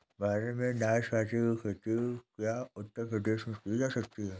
भारत में नाशपाती की खेती क्या उत्तर प्रदेश में की जा सकती है?